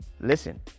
Listen